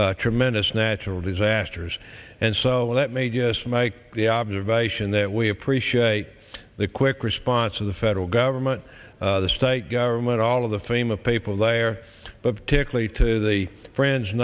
these tremendous natural disasters and so that made us make the observation that we appreciate the quick risk ponts of the federal government the state government all of the fame of people there but typically to the friends